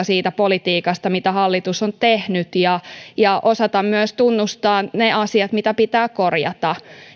siitä politiikasta mitä hallitus on tehnyt ja ja osata myös tunnustaa ne asiat mitä pitää korjata